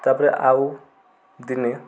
ତାପରେ ଆଉ ଦିନେ